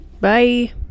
Bye